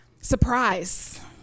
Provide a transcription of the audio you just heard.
surprise